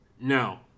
No